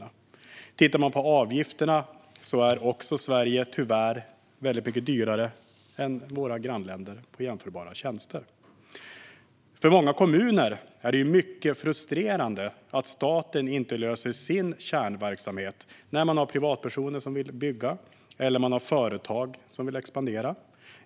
När det gäller avgifterna för jämförbara tjänster är de i Sverige, tyvärr, också väldigt mycket högre än i våra grannländer. För många kommuner är det mycket frustrerande att staten inte löser sin kärnverksamhet när privatpersoner vill bygga eller när företag vill expandera.